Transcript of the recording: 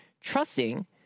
trusting